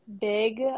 big